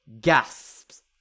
gasps